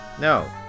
No